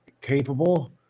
capable